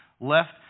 left